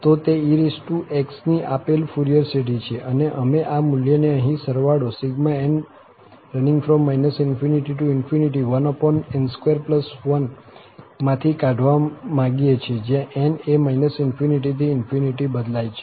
તો તે ex ની આપેલ ફુરિયર શ્રેઢી છે અને અમે આ મૂલ્યને અહીં સરવાળો ∑∞ 1n21 માંથી કાઢવા માંગીએ છીએ જ્યાં n એ ∞ થી બદલાય છે